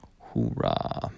Hoorah